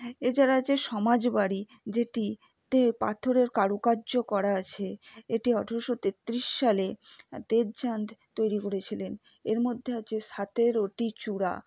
এছাড়া আছে সমাজবাড়ি যেটিতে পাথরের কারুকার্য করা আছে এটি আঠেরোশো তেত্রিশ সালে তেজচাঁদ তৈরি করেছিলেন এর মধ্যে আছে সাতেরোটি চূড়া